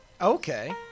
okay